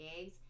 eggs